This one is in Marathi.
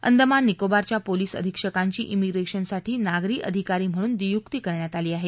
अंदमान निकोबारच्या पोलिस अधिक्षकांची इमिप्रेशनसाठी नागरी अधिकारी म्हणून नियुक्ती करण्यात आली आहे